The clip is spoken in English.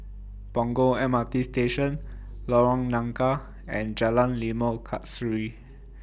Punggol M R T Station Lorong Nangka and Jalan Limau Kasturi